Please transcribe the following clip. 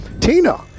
Tina